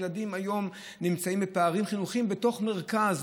ילדים היום נמצאים בפערים חינוכיים בתוך מרכז,